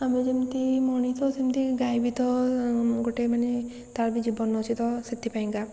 ଆମେ ଯେମିତି ମଣିଷ ସେମିତି ଗାଈ ବି ତ ଗୋଟେ ମାନେ ତାର ଜୀବନ ଅଛି ତ ସେଥିପାଇଁକା